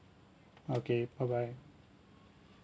okay bye bye